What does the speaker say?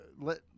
let